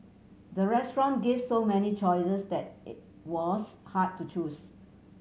the restaurant gave so many choices that it was hard to choose